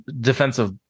defensive